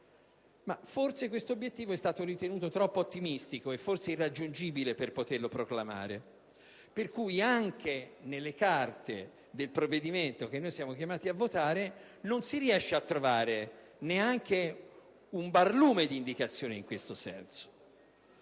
però questo obiettivo è stato ritenuto troppo ottimistico ed irraggiungibile per poterlo proclamare e, quindi, nelle carte del provvedimento che siamo chiamati a votare non si riesce a trovare un barlume di indicazione che vada